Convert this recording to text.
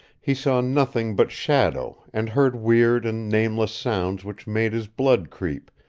he saw nothing but shadow, and heard weird and nameless sounds which made his blood creep,